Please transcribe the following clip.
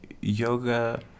Yoga